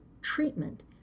treatment